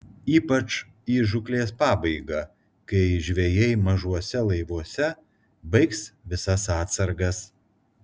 ypač į žūklės pabaigą kai žvejai mažuose laivuose baigs visas atsargas